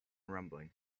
rumbling